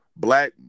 Black